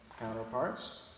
counterparts